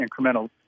incremental